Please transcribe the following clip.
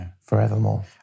forevermore